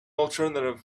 alternative